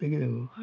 हेते कितें गो